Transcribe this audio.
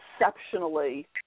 exceptionally